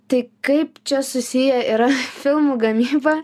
tai kaip čia susiję yra filmų gamyba